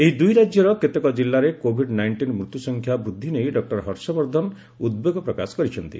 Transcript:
ଏହି ଦୁଇ ରାଜ୍ୟର କେତେକ ଜିଲ୍ଲାରେ କୋଭିଡ୍ ନାଇଷ୍ଟିନ୍ ମୃତ୍ୟୁ ସଂଖ୍ୟା ବୃଦ୍ଧି ନେଇ ଡକ୍ଟର ହର୍ଷବର୍ଦ୍ଧନ ଉଦବେଗ ପ୍ରକାଶ କରିଛନ୍ତି